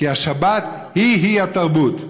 כי השבת היא היא התרבות".